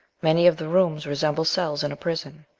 many of the rooms resemble cells in a prison.